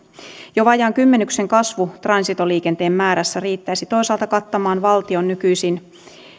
jo vajaan kymmenyksen kasvu transitoliikenteen määrässä riittäisi toisaalta kattamaan valtion